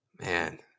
Man